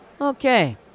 Okay